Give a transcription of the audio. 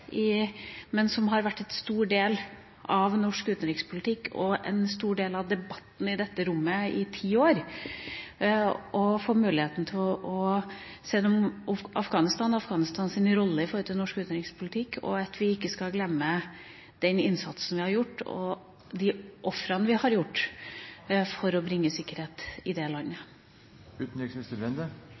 men som har vært en stor del av norsk utenrikspolitikk og en stor del av debatten i dette rommet i ti år. Jeg vil gi ham muligheten til å si noe om Afghanistan og Afghanistans rolle i norsk utenrikspolitikk, og at vi ikke skal glemme den innsatsen vi har gjort, de ofrene vi har gjort, for å bringe sikkerhet til det landet.